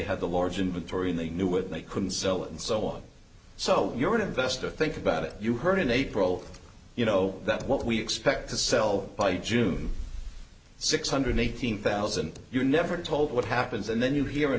had the large inventory in they knew what they couldn't sell and so on so you're an investor think about it you heard in april you know that what we expect to sell by june six hundred eighteen thousand you never told what happens and then you hear in